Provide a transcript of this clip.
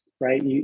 right